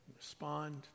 Respond